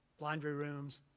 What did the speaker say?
laundry rooms,